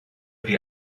die